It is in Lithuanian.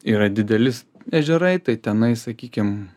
yra didelis ežerai tai tenai sakykim